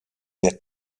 der